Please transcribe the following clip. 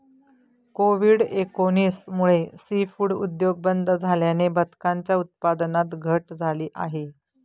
Covid एकोणीस मुळे seafood उद्योग बंद झाल्याने बदकांच्या उत्पादनात घट झाली आहे